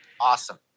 Awesome